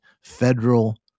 federal